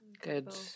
Good